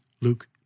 Luke